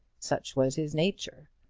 such was his nature.